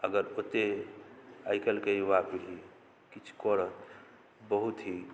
अगर ओते आइकाल्हिके युवा पीढ़ी किछु करत बहुत ही